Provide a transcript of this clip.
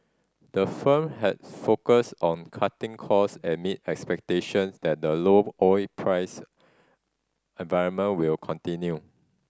the firm has focused on cutting cost amid expectations that the low oil price environment will continue